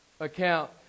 account